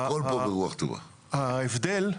ההבדל,